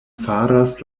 faras